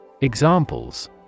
Examples